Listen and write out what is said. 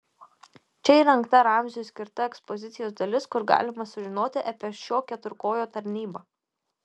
čia įrengta ramziui skirta ekspozicijos dalis kur galima sužinoti apie šio keturkojo tarnybą